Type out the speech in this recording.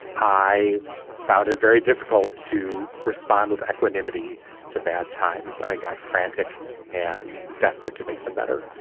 i found it very difficult to respond with equanimity to bad times. i got frantic and desperate to make them better.